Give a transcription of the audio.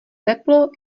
teplo